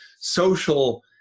social